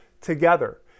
together